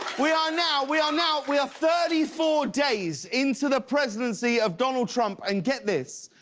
we are now, we are now, we are thirty four days into the presidency of donald trump and get this,